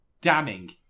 damning